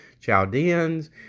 Chaldeans